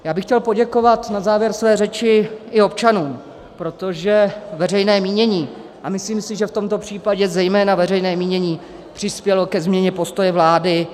Já bych chtěl poděkovat na závěr své řeči i občanům, protože veřejné mínění, a myslím si, že v tomto případě zejména veřejné mínění, přispělo ke změně postoje vlády.